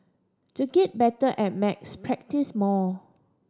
to get better at maths practise more